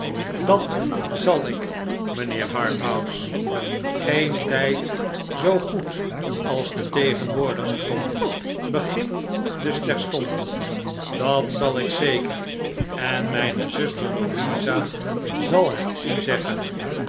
dat zal ik mijnheer harthouse geen tijd zoo goed als de tegenwoordige tom begin dus terstond dat zal ik zeker en mijne zuster louisa zal het u zeggen